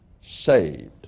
saved